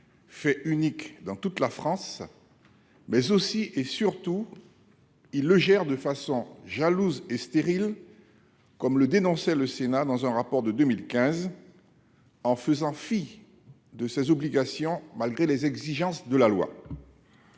fait unique dans toute la France, mais surtout il est géré de façon jalouse et stérile, comme le dénonçait le Sénat dans un rapport de 2015 : l'État fait fi de ses obligations, malgré les exigences de la loi.